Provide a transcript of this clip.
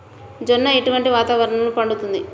జొన్న ఎటువంటి వాతావరణంలో పండుతుంది?